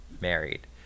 married